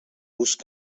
gust